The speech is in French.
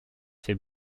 fait